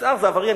יצהר זה עבריינים,